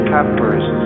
Peppers